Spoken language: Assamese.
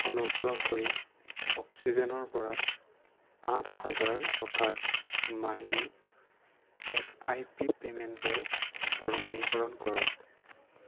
অনুগ্ৰহ কৰি অক্সিজেনৰ পৰা আঠ হাজাৰ টকাৰ মাহিলী এছ আই পি পে'মেণ্টৰ প্ৰমাণীকৰণ কৰক